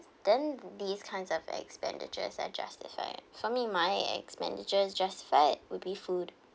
then these kinds of expenditure are justify for me my expenditure just fat would be food